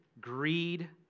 greed